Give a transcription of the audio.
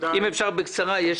אם אפשר, בקצרה.